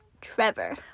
Trevor